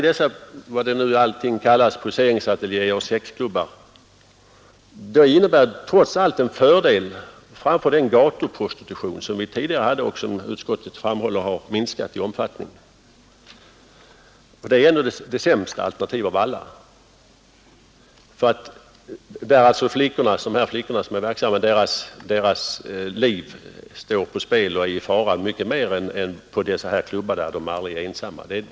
Dessa poseringsateljéer och sexklubbar innebär trots allt en fördel framför den gatuprostitution som vi tidigare hade och som utskottet framhåller har minskat i omfattning. Gatuprostitutionen är ändå det sämsta alternativet av alla. Där står verkligen flickornas liv på spel, och de är i mycket större fara än på klubbarna, där de aldrig är ensamma.